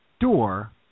door